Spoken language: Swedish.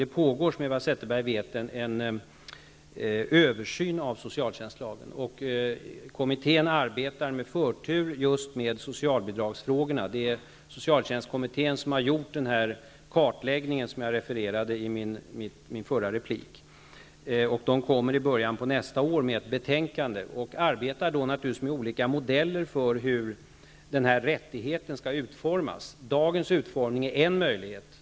Det pågår, som Eva Zetterberg vet, en översyn av socialtjänstlagen. Kommittén arbetar med förtur med just socialbidragsfrågorna. Det är socialtjänstkommittén som har gjort den kartläggning som jag talade om i min förra replik. I början av nästa år kommer det ett betänkande. Man arbetar då naturligtvis med olika modeller för hur rättigheten skall utformas. Dagens utformning är en möjlighet.